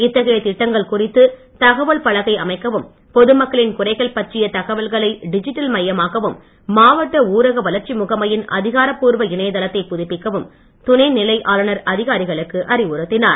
இத்தகைய திட்டங்கள் குறித்து தகவல் பலகை அமைக்கவும் பொதுமக்களின் குறைகள் பற்றிய தகவல்களை டிஜிட்டல் மையமாக்கவும் மாவட்ட ஊரக வளர்ச்சி முகமையின் அதிகாரப்பூர்வ இணைய தளத்தை புதுப்பிக்கவும் துணை நிலை ஆளுநர் அதிகாரிகளுக்கு அறிவுறுத்தினார்